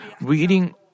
reading